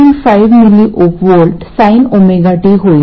5mV sinωt होईल